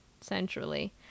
centrally